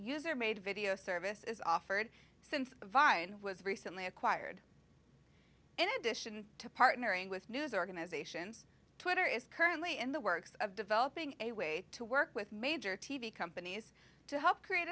user made a video service is offered since vine was recently acquired in addition to partnering with news organizations twitter is currently in the works of developing a way to work with major t v companies to help create